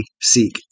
seek